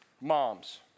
Moms